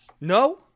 No